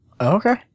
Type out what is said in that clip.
Okay